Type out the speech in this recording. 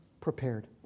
prepared